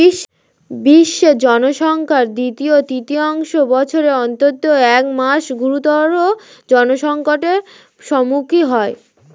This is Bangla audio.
বিশ্বের জনসংখ্যার দুই তৃতীয়াংশ বছরের অন্তত এক মাস গুরুতর জলসংকটের সম্মুখীন হয়